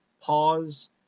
pause